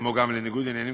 כמו גם לניגוד עניינים,